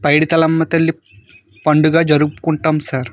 పైడితల్లమ్మ తల్లి పండుగ జరుపుకుంటాం సార్